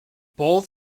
both